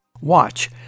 Watch